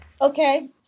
Okay